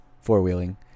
four-wheeling